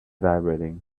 vibrating